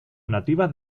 nativas